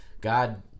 god